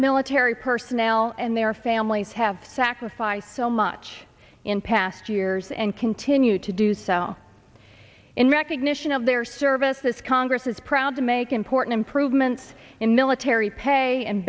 military personnel and their families have sacrificed so much in past years and continue to do sell in recognition of their services congress is proud to make important improvements in military pay and